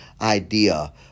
idea